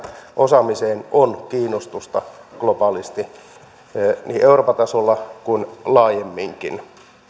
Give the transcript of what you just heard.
osaamiseen on kiinnostusta globaalisti niin euroopan tasolla kuin laajemminkin